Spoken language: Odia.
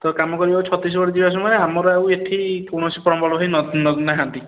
ତ କାମ କରିବାକୁ ଛତିଶଗଡ଼ ଯିବା ସମୟରେ ଆମର ଆଉ ଏଇଠି କୌଣସି ପ୍ଲମ୍ବର୍ ଭାଇ ନାହାନ୍ତି